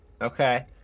Okay